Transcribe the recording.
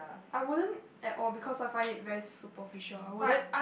I wouldn't at all because I find it very superficial I wouldn't